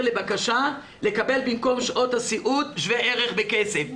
לבקשה לקבל במקום שעות הסיעוד שווה ערך בכסף.